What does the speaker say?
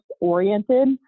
oriented